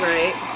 Right